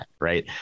Right